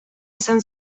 izan